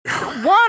One